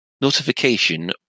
notification